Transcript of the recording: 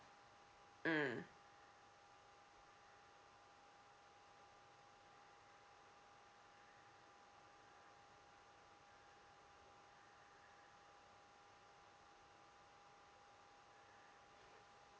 mm